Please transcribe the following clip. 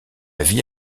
vie